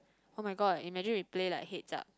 [oh]-my-god imagine we play like heads up